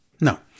no